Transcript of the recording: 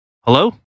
Hello